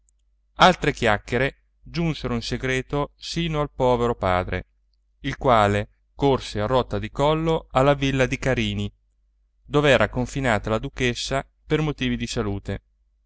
altre chiacchiere giunsero in segreto sino al povero padre il quale corse a rotta di collo alla villa di carini dov'era confinata la duchessa per motivi di salute